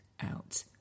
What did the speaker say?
Out